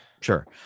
Sure